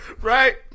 Right